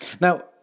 Now